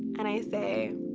and i say,